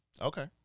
Okay